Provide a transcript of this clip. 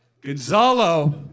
Gonzalo